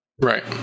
right